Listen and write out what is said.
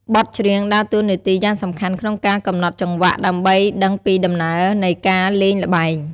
បទច្រៀងដើរតួនាទីយ៉ាងសំខាន់ក្នុងការ កំណត់ចង្វាក់ ដើម្បីដឹងពីដំណើរនៃការលេងល្បែង។